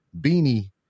beanie